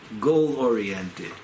goal-oriented